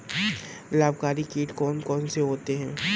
लाभकारी कीट कौन कौन से होते हैं?